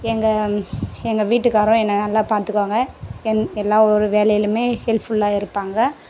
எங்கள் எங்கள் வீட்டுக்காரும் என்ன நல்லா பார்த்துக்குவாங்க எந்த எல்லா ஒரு வேலையிலையுமே ஹெல்ப்ஃபுல்லாக இருப்பாங்க